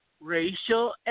racial